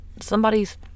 somebody's